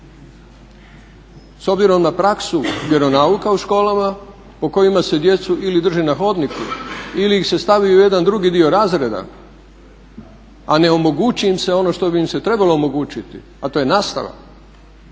S obzirom na praksu vjeronauka u školama po kojima se djecu ili drži na hodniku ili ih se stavi u jedan drugi dio razreda a ne omogući im se ono što bi im se trebalo omogućiti a to je nastava,